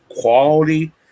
quality